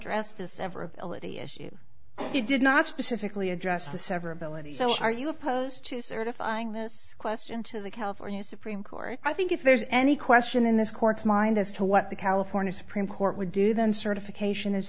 dressed this ever ability issue you did not specifically address the severability so are you opposed to certifying this question to the california supreme court i think if there's any question in this court's mind as to what the california supreme court would do then certification is